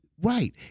Right